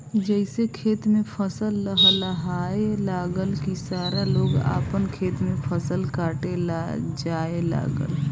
जइसे खेत में फसल लहलहाए लागल की सारा लोग आपन खेत में फसल काटे ला जाए लागल